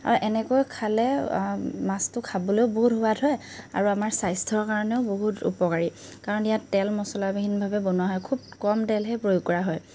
আৰু এনেকৈ খালে মাছটো খাবলৈও বহুত সোৱাদ হয় আৰু আমাৰ স্বাস্থ্যৰ কাৰণেও বহুত উপকাৰী কাৰণ ইয়াত তেল মচলা বিহীনভাৱে বনোৱা হয় খুব কম তেলহে প্ৰয়োগ কৰা হয়